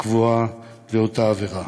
הקבועה לאותה עבירה,